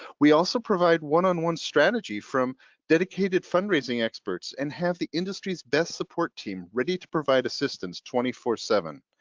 we also provide one on one strategy from dedicated fundraising experts and have the industry's best support team ready to provide assistance twenty four seven,